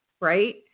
right